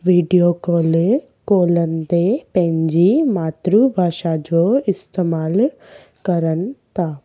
video call कॉलनि ते पंहिंजी मातृभाषा जो इस्तेमाल कनि था